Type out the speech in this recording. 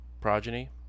progeny